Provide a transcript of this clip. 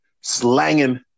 slanging